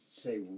say